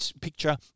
picture